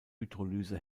hydrolyse